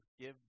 give